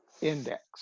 index